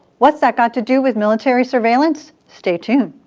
what's that got to do with military surveillance? stay tuned!